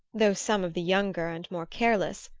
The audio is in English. though some of the younger and more careless,